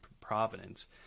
providence